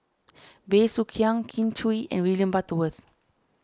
Bey Soo Khiang Kin Chui and William Butterworth